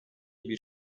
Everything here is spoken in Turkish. bir